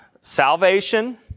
salvation